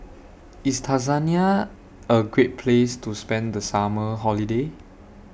IS Tanzania A Great Place to spend The Summer Holiday